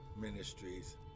Ministries